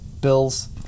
bills